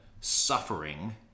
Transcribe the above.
suffering